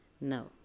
No